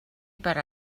per